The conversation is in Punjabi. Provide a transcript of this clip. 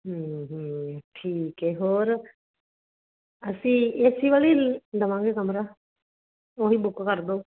ਹਮ ਹਮ ਠੀਕ ਏ ਹੋਰ ਅਸੀਂ ਏਸੀ ਵਾਲਾ ਹੀ ਲ ਲਵਾਂਗੇ ਕਮਰਾ ਉਹੀ ਬੁੱਕ ਕਰ ਦਿਓ